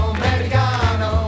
americano